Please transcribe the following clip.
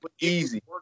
Easy